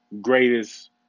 greatest